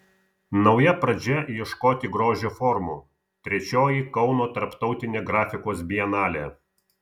nauja pradžia ieškoti grožio formų trečioji kauno tarptautinė grafikos bienalė